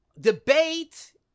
debate